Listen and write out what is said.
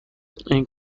این